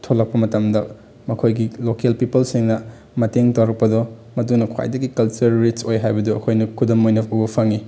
ꯊꯣꯛꯂꯛꯄ ꯃꯇꯝꯗ ꯃꯈꯣꯏꯒꯤ ꯂꯣꯀꯦꯜ ꯄꯤꯄꯜꯁꯤꯡꯅ ꯃꯇꯦꯡ ꯇꯧꯔꯛꯄꯗꯣ ꯃꯗꯨꯅ ꯈ꯭ꯋꯥꯏꯗꯒꯤ ꯀꯜꯆꯔ ꯔꯤꯁ ꯑꯣꯏ ꯍꯥꯏꯕꯗꯣ ꯑꯩꯈꯣꯏꯅ ꯈꯨꯗꯝ ꯑꯣꯏꯅ ꯎꯕ ꯐꯪꯉꯤ